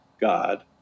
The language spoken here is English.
God